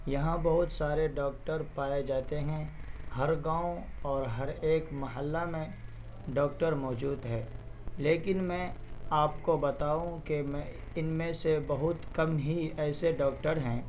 یہاں بہت سارے ڈاکٹر پائے جاتے ہیں ہر گاؤں اور ہر ایک محلہ میں ڈاکٹر موجود ہے لیکن میں آپ کو بتاؤں کہ میں ان میں سے بہت کم ہی ایسے ڈاکٹر ہیں